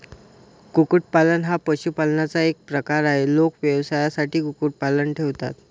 कुक्कुटपालन हा पशुपालनाचा एक प्रकार आहे, लोक व्यवसायासाठी कुक्कुटपालन ठेवतात